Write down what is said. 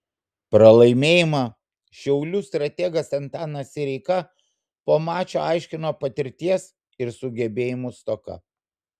pralaimėjimą šiaulių strategas antanas sireika po mačo aiškino patirties ir sugebėjimų stoka